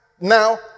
now